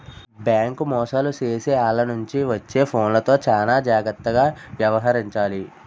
bank మోసాలు చేసే ఆల్ల నుంచి వచ్చే ఫోన్లతో చానా జాగర్తగా యవహరించాలి